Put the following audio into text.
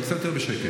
אבל קצת יותר בשקט.